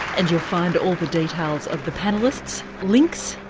and you'll find all the details of the panellists, links,